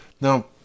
Now